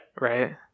right